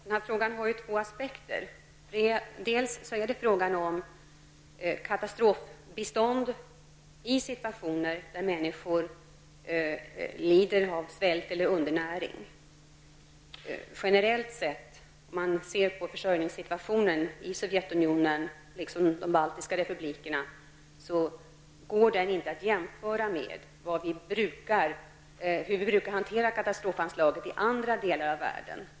Herr talman! Den här frågan har två aspekter. Den första är att det rör sig om katastrofbistånd när människor lider av svält eller undernäring. Om jag ser till försörjningssituationen generellt i Sovjetunionen, liksom i de Baltiska republikerna, går den inte att jämföra med hur katastrofbistånd brukar hanteras när det gäller andra delar av världen.